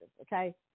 okay